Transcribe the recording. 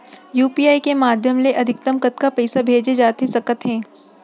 UPI के माधयम ले अधिकतम कतका पइसा भेजे जाथे सकत हे?